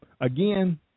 again